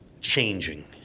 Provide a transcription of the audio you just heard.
changing